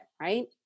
right